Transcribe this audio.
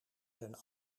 zijn